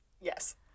Yes